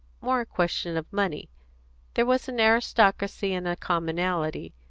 more a question of money there was an aristocracy and a commonalty,